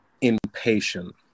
impatient